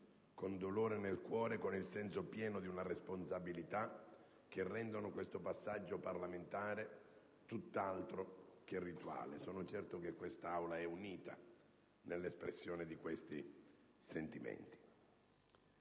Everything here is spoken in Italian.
con il dolore nel cuore e con il senso pieno di una responsabilità che rendono questo passaggio parlamentare tutt'altro che rituale. Sono certo che questa Aula è unita nell'espressione di questi sentimenti.